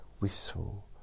Whistle